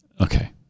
okay